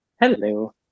Hello